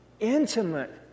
Intimate